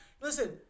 Listen